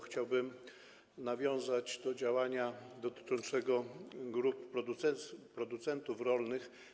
Chciałbym nawiązać do działania dotyczącego grup producentów rolnych.